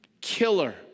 killer